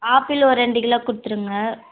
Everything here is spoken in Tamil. ஆப்பிள் ஒரு ரெண்டு கிலோ கொடுத்துருங்க